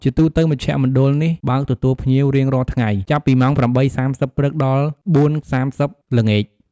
ជាទូទៅមជ្ឈមណ្ឌលនេះបើកទទួលភ្ញៀវ រៀងរាល់ថ្ងៃ ចាប់ពីម៉ោង ៨:៣០ ព្រឹក ដល់ ៤:៣០ ល្ងាច ។